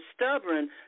stubborn